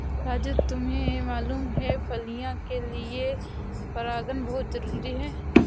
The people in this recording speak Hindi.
राजू तुम्हें मालूम है फलियां के लिए परागन बहुत जरूरी है